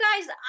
guys